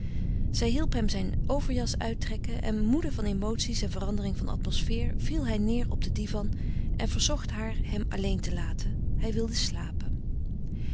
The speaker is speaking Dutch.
zij hielp hem zijn overjas uittrekken en moede van emoties en verandering van atmosfeer viel hij neêr op den divan en verzocht haar hem alleen te laten hij wilde slapen